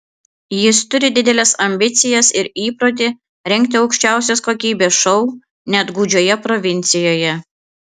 jis turi dideles ambicijas ir įprotį rengti aukščiausios kokybės šou net gūdžioje provincijoje